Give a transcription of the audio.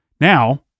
Now